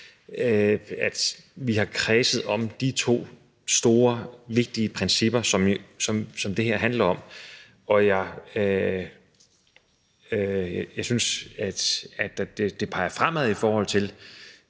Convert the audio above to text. at vi har kredset om de to store vigtige principper, som det her handler om. Og jeg synes, det peger fremad i forhold til